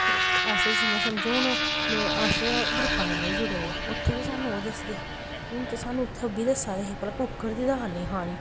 असें जि'यां समझो हून अस ग्रुप्पा कन्नै बी जुड़े दे आं उत्थै बी साह्नूं ओह् दसदे हून ते साह्नू उत्थै ओह् बी दस्सा दे हे कुक्कर दी दाल निं खानी